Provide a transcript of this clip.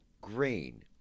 grain